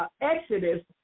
Exodus